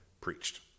preached